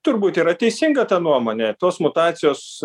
turbūt yra teisinga ta nuomonė tos mutacijos